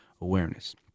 awareness